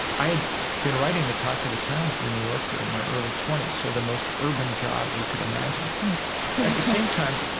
i had been writing the talk of the town for the new yorker in my early twenty s, so the most urban job you could imagine the same time,